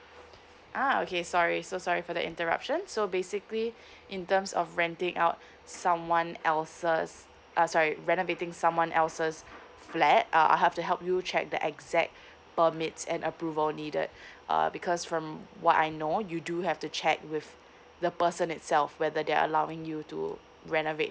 uh okay sorry so sorry for the interruption so basically in terms of renting out someone else's uh sorry renovating someone else's flat uh I have to help you check the exact permit and approval needed err because from what I know you do have to check with the person itself whether they're allowing you to renovate